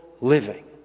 living